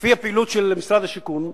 לפי הפעילות של משרד השיכון,